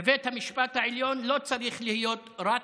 בבית המשפט העליון לא צריך להיות רק